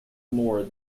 more